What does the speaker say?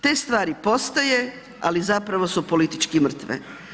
Te stvari postoje ali zapravo su politički mrtve.